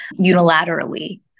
unilaterally